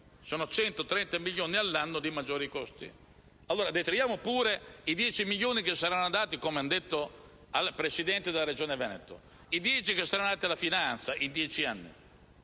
(sono 130 milioni all'anno di maggiori costi). Detraiamo pure i 10 milioni che saranno andati - come hanno detto - al Presidente della Regione Veneto e i 10 che saranno andati alla Guardia di finanza in 10 anni;